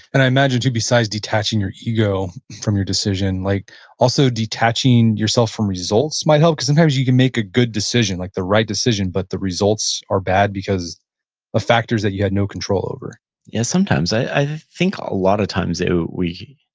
and i imagine, too, besides detaching your ego from your decision, like also, detaching yourself from results might help, cause sometimes you can make a good decision, like the right decision, but the results are bad because of factors that you had no control over yeah, sometimes. i think a lot of times, we,